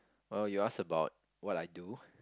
well you ask about what I do